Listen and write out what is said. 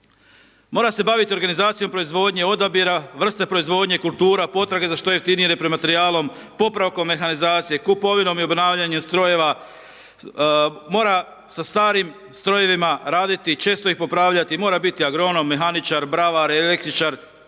mora se baviti organizacijom proizvodnje odabira, vrste proizvodnje kultura, potraga za što jeftinijim repro materijalom, popravkom mehanizacije, kupovinom i obnavljanjem strojeva, mora sa starim strojevima raditi, često ih popravljati, mora biti agronom, mehaničar, bravar, električar,